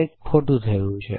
કંઈક ખોટું થયું છે